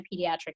pediatric